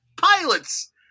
pilot's